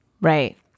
Right